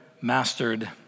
mastered